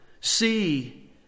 See